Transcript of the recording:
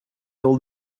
all